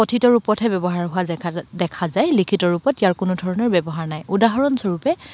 কথিত ৰূপতহে ব্যৱহাৰ হোৱা দেখা যা দেখা যায় লিখিত ৰূপত ইয়াৰ কোনো ধৰণৰ ব্যৱহাৰ নাই উদাহৰণস্বৰূপে